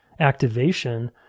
activation